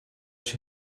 she